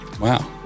Wow